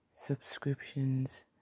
subscriptions